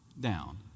down